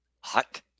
hot